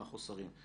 מה החוסרים.